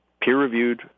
peer-reviewed